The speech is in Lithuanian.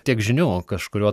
tiek žinių kažkuriuo